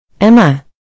Emma